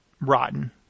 rotten